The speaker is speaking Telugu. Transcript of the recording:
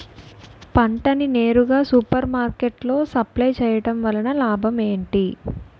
పంట ని నేరుగా సూపర్ మార్కెట్ లో సప్లై చేయటం వలన లాభం ఏంటి?